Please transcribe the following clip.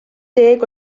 deg